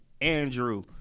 Andrew